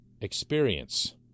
experience